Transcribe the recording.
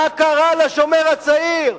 מה קרה ל"שומר הצעיר"?